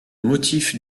motif